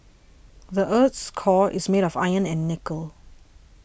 the earth's core is made of iron and nickel